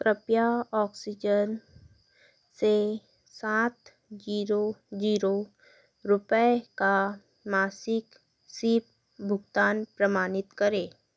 कृपया ऑक्सीजन से सात सौ रुपये का मासिक सिप भुगतान प्रमाणित करें